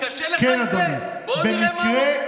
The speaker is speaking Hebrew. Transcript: אז בוא נצביע לראש